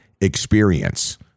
experience